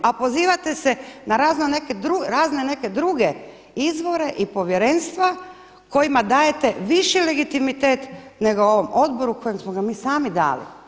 A pozivate se na razne neke druge izvore i povjerenstva kojima dajete više legitimitet nego ovom Odboru kojem smo ga mi sami dali.